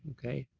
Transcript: okay?